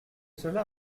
cela